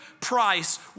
price